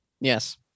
Yes